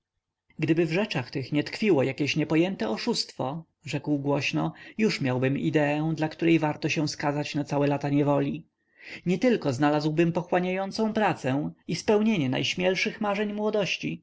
gdyby w rzeczach tych nie tkwiło jakieś niepojęte oszustwo rzekł głośno już miałbym ideę dla której warto się skazać na całe lata niewoli nietylko znalazłbym pochłaniającą pracę i spełnienie najśmielszych marzeń młodości